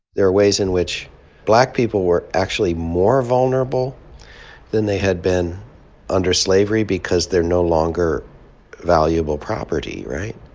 there are ways in which black people were actually more vulnerable than they had been under slavery because they're no longer valuable property, right?